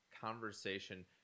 conversation